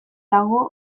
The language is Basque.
dagoen